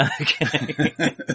Okay